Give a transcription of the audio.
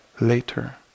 later